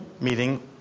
meeting